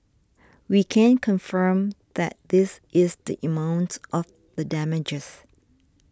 we can confirm that this is the in mount of the damages